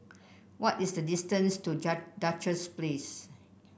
what is the distance to Duchess Place